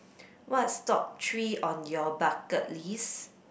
what's top three on your bucket list